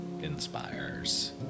inspires